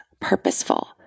purposeful